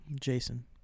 Jason